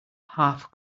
half